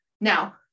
Now